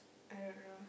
I don't know